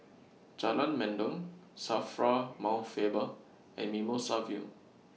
Jalan Mendong SAFRA Mount Faber and Mimosa View